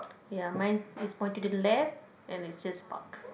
ya mine is is pointed to the left and it says buck